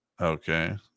Okay